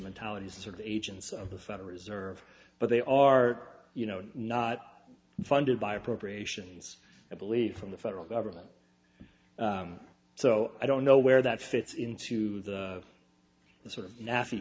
instrumentalities sort of agents of the federal reserve but they are you know not funded by appropriations i believe from the federal government so i don't know where that fits into the sort of na